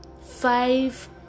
five